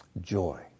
joy